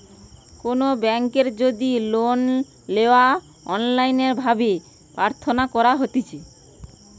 কোনো বেংকের যদি লোন লেওয়া অনলাইন ভাবে প্রার্থনা করা হতিছে